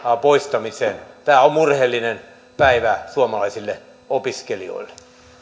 poistamisen tämä on murheellinen päivä suomalaisille opiskelijoille